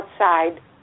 outside